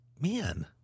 Man